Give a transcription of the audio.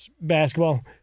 basketball